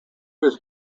was